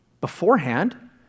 beforehand